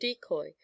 decoy